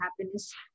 happiness